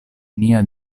nia